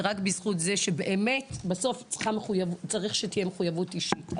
צריך שבסוף תהיה מחויבות אישית.